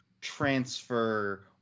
transfer